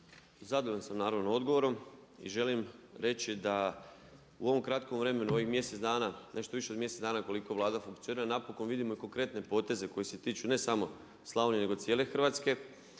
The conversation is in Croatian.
Zadovoljan sam naravno odgovorom i želim reći da u ovom kratkom vremenu u ovih mjesec dana, nešto više od mjesec dana koliko Vlada funkcionira napokon vidimo i konkretne poteze koji se tiču ne samo Slavonije nego cijele Hrvatske.